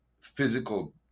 physical